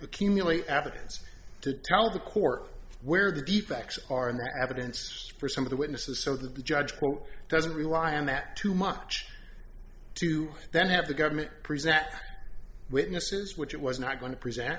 accumulate evidence to tell the court where the defects are evidence for some of the witnesses so the judge doesn't rely on that too much to then have the government present witnesses which it was not going to present